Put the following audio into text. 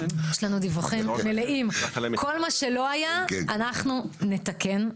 כל מה שלא היה אנחנו נתקן,